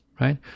right